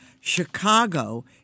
Chicago